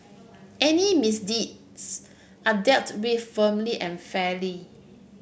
any misdeeds are dealt with firmly and fairly